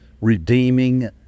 redeeming